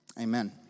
Amen